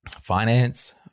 finance